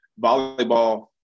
Volleyball